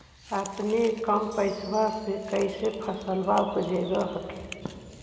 अपने कम पैसा से कैसे फसलबा उपजाब हखिन?